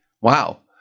Wow